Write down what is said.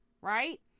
Right